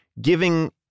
giving